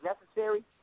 necessary